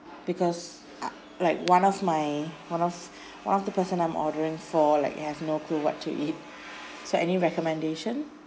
because uh like one of my one of one of the person I'm ordering for like have no clue what to eat so any recommendation